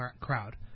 crowd